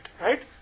right